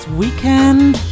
weekend